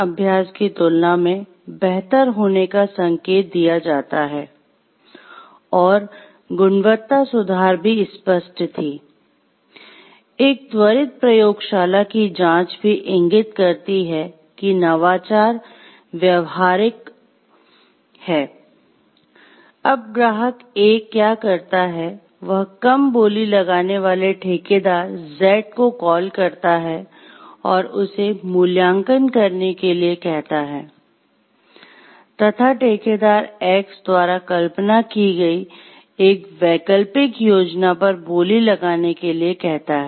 अब ग्राहक A क्या करता है वह कम बोली लगाने वाले ठेकेदार Z को कॉल करता है और उसे मूल्यांकन करने के लिए कहता है तथा ठेकेदार X द्वारा कल्पना की गई एक वैकल्पिक योजना पर बोली लगाने के लिए कहता है